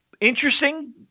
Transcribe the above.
interesting